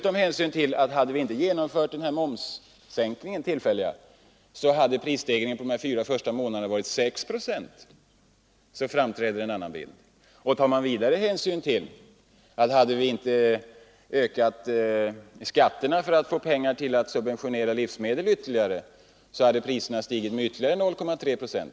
Och hade vi inte genomfört den tillfälliga momssänkningen hade prisstegringen under de fyra första månaderna varit 6 procent. Om vi vidare inte hade ökat skatterna för att få pengar till att ytterligare subventionera livsmedlen, hade priserna stigit med ytterligare 0,3 procent.